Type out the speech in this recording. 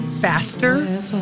faster